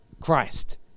Christ